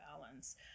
balance